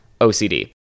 OCD